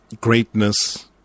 greatness